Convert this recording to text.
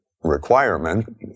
requirement